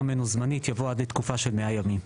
ממנו זמנית' יבוא 'עד לתקופה של 100 ימים'.